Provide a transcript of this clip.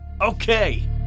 Okay